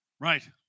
right